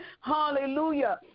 hallelujah